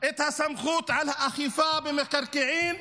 את הסמכות על האכיפה במקרקעין,